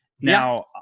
Now